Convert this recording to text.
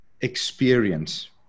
experience